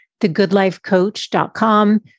thegoodlifecoach.com